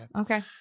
Okay